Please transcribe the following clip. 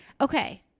okay